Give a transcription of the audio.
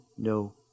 No